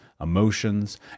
emotions